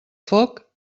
foc